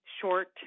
short